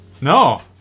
No